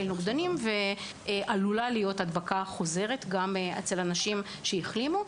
ופוטנציאל הדבקה חוזרת גם בקרב חולים שהחלימו.